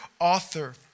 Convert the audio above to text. author